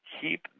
keep